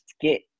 get